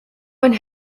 and